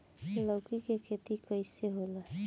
लौकी के खेती कइसे होला?